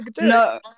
No